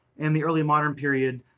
and the early modern period.